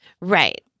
Right